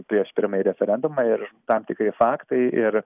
prieš pirmąjį referendumą ir tam tikri faktai ir